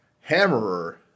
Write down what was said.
Hammerer